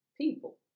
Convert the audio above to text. people